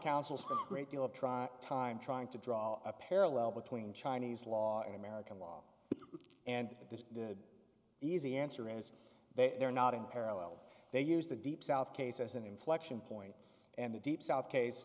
council's great deal of trying time trying to draw a parallel between chinese law in american law and the easy answer is they're not in parallel they use the deep south case as an inflection point and the deep south case